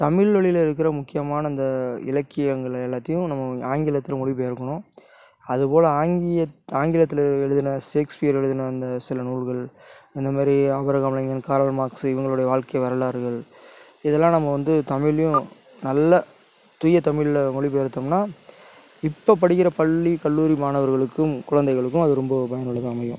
தமிழ் வழியில் இருக்கிற முக்கியமான இந்த இலக்கியங்கள எல்லாத்தையும் நம்ம ஆங்கிலத்தில் மொழிப்பெயர்க்கணும் அதுபோல் ஆங்கில ஆங்கிலத்தில் எழுதின ஷேக்ஸ்பியர் எழுதின அந்த சில நூல்கள் அந்தமாதிரி ஆப்ரகாம் லிங்கன் காரல்மாக்ஸு இவங்களுடைய வாழ்க்கை வரலாறுகள் இதெல்லாம் நம்ம வந்து தமிழ்லேயும் நல்ல தூய தமிழில் மொழிப்பெயர்த்தோம்னா இப்போ படிக்கின்ற பள்ளி கல்லூரி மாணவர்களுக்கும் குழந்தைகளுக்கும் அது ரொம்ப பயனுள்ளதாக அமையும்